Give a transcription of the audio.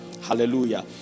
hallelujah